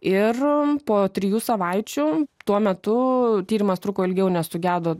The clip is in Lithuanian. ir po trijų savaičių tuo metu tyrimas truko ilgiau nes sugedo